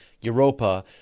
Europa